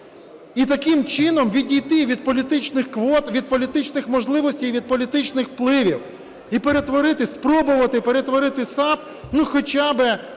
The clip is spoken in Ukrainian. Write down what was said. і таким чином відійти від політичних квот, від політичних можливостей і від політичних впливів. І спробувати перетворити САП ну, хоча би